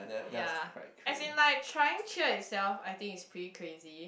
ya as in like trying cheer itself I think it's pretty crazy